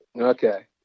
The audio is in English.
Okay